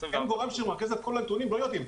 אין גורם שמרכז את כל הנתונים ולא יודעים.